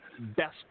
Best